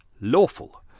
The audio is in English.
lawful